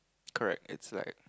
correct it's like